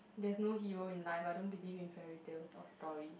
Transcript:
there's no hero in life I don't believe in fairy tales or story